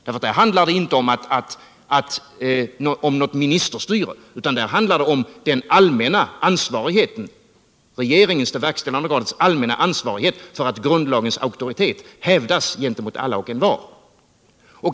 Där handlar det inte om ministerstyrelse utan om regeringens allmänna ansvarighet för att grundlagens auktoritet hävdas gentemot alla och envar.